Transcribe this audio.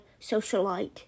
socialite